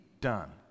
done